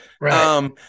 Right